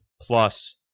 Plus